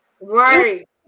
right